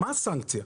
מה הסנקציה?